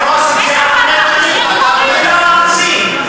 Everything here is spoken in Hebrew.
המליצה להוריד את שכר הלימוד בחצי,